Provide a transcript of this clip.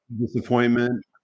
disappointment